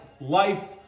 life